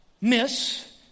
miss